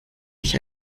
dich